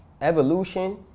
evolution